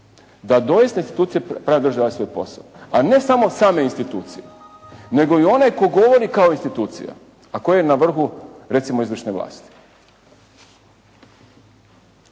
da doista institucije pravne države rade svoj posao, a ne samo same institucije, nego i onaj tko govori kao institucija, a koji je na vrhu, recimo izvršne vlasti.